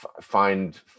find